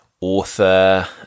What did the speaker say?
author